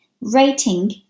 rating